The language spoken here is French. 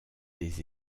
des